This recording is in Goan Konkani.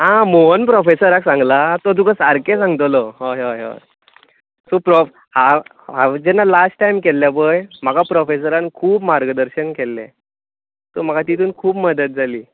आं मोहन प्रोफॅसराक सांगलां तो तुका सारकें सांगतलो हय हय हय सो प्रो हांव हांव जेन्ना लास्ट टायम केल्लें पळय म्हाका परोफॅसरान खूब मार्गदर्शन केल्लें सो म्हाका तितून खूब मदत जाली